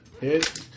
Hit